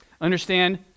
Understand